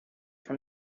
from